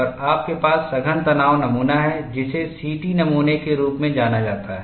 और आपके पास सघन तनाव नमूना है जिसे सीटी नमूना के रूप में जाना जाता है